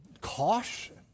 caution